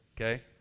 Okay